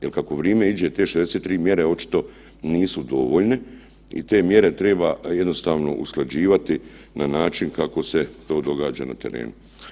Jel kako vrijeme iđe te 63 mjere očito nisu dovoljne i te mjere treba jednostavno usklađivati na način kako se to događa na terenu.